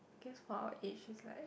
guess for our age is like